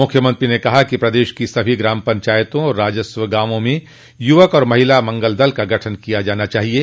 मुख्यमंत्री ने कहा कि प्रदेश की सभी ग्राम पंचायतों और राजस्व गांवों में युवक एवं महिला मंगल दल का गठन किया जाये